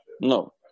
no